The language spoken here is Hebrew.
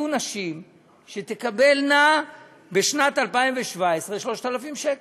יהיו נשים שבשנת 2017 תקבלנה 3,000 שקל,